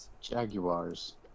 Jaguars